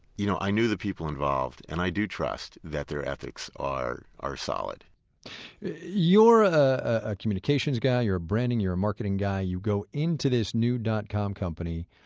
you know i knew the people involved and i do trust that their ethics are are solid you're a communications guy, you're a branding, you're a marketing guy, you go into this new dot-com company.